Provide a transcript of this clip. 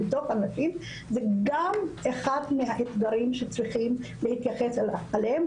וגם אחד האתגרים שצריכים להתייחס עליהם,